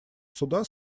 суда